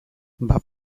bat